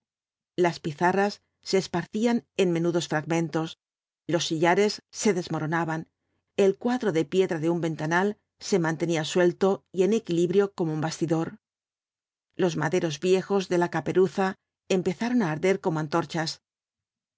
s pizarras se esparcían en menudos fragmentos los sillares se desmoronaban el caadro de piedra de un ventanal se mantenía suelto y en equilibrio como un bastidor los maderos viejos de la caperuza empezaron á arder como antorchas